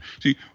See